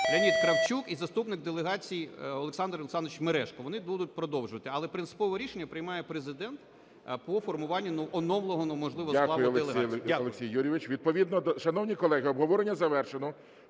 Леонід Кравчук і заступник делегації Олександр Олександрович Мережко, вони будуть продовжувати. Але принципове рішення приймає Президент по формуванню оновленого, можливо, складу делегації. ГОЛОВУЮЧИЙ. Дякую, Олексій Юрійович. Шановні колеги, обговорення завершено.